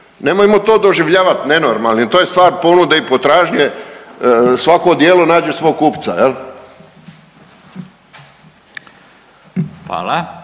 Nemojmo to doživljavati nenormalnih, to je stvar ponude i potražnje. Svako odijelo nađe svog kupca jel'?